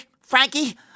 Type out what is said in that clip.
Frankie